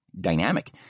Dynamic